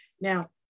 Now